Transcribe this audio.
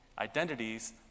identities